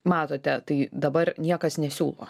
matote tai dabar niekas nesiūlo